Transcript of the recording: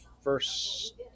first